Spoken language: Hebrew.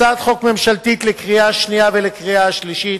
הצעת חוק ממשלתית, לקריאה השנייה ולקריאה השלישית.